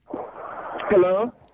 Hello